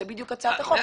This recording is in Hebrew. זו בדיוק הצעת החוק.